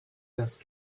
dust